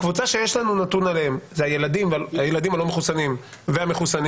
הקבוצה שיש לנו נתונים עליהם זה הילדים הלא מחוסנים והלא מחוסנים